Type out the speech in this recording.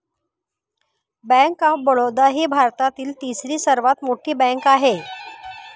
bank of Baroda ही भारतातील तिसरी सर्वात मोठी बँक आहे